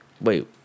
wait